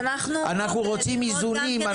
אנחנו רוצים איזונים,